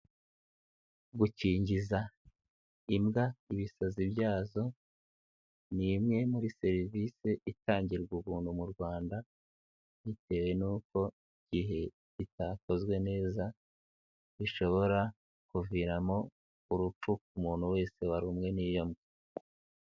Gukingiza imbwa ibisazi byazo ni imwe muri serivise itangirwa ubuntu mu Rwanda bitewe nuko igihe bitakozwe neza bishobora kuviramo urupfu umuntu wese warumwe n'iyo mbwa.